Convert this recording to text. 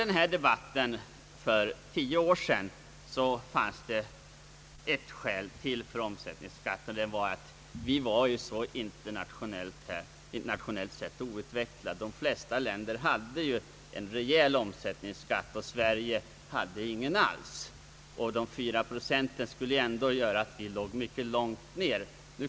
I debatten för tio år sedan åberopades som skäl för omsättningsskatten att vi var så »outvecklade», internationellt sett. De flesta länder hade en rejäl omsättningsskatt, men Sverige hade ingen alls, och de fyra proeenten skulle ändå innebära att vi låg mycket långt nere.